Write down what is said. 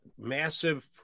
massive –